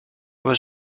was